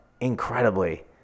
incredibly